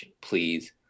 please